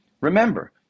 Remember